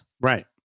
Right